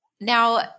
Now